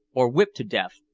or whipped to death,